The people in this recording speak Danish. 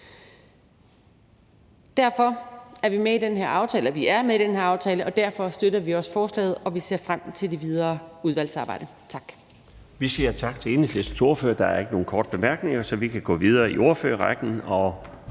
noget af en politisk skandale. Vi er med i den her aftale, og derfor støtter vi også forslaget, og vi ser frem til det videre udvalgsarbejde. Tak.